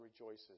rejoices